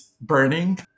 burning